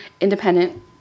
independent